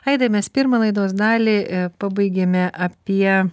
aidai mes pirmą laidos dalį pabaigėme apie